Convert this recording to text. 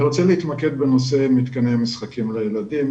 אני רוצה להתמקד בנושא של מתקני משחקים לילדים.